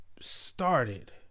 started